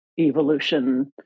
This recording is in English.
Evolution